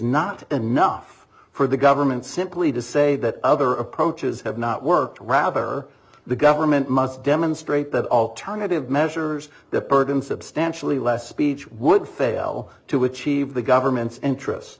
not enough for the government simply to say that other approaches have not worked rather the government must demonstrate that alternative measures that burden substantially less speech would fail to achieve the government's interests